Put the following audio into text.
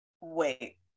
wait